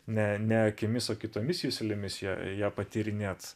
ne ne akimis o kitomis juslėmis ją ją patyrinėt